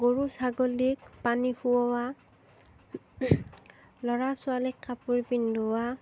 গৰু ছাগলীক পানী খোওঁৱা ল'ৰা ছোৱালীক কাপোৰ পিন্ধোৱা